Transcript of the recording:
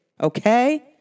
Okay